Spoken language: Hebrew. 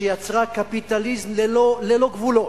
שיצרה קפיטליזם ללא גבולות,